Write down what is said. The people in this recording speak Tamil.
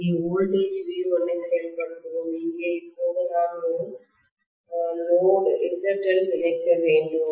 இங்கே வோல்டேஜ் V1 ஐ செயல்படுத்துவோம் இங்கே இப்போது1 நான் ஒரு சுலோடு ZL இணைக்கும் வேண்டும்